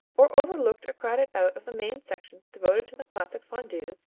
or overlooked or crowded out of the main sections devoted to the classic fondues,